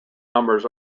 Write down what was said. numbers